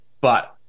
but-